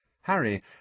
Harry